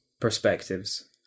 perspectives